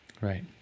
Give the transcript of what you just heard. Right